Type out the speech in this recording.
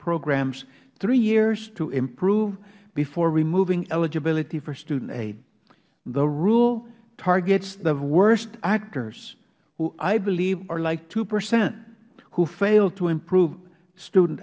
programs three years to improve before removing eligibility for student aid the rule targets the worst actors who i believe are like two percent who fail to improve student